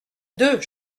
deux